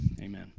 Amen